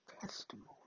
testimony